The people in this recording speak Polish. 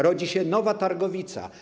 Rodzi się nowa targowica.